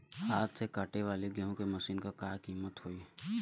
हाथ से कांटेवाली गेहूँ के मशीन क का कीमत होई?